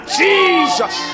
jesus